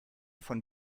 von